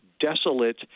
desolate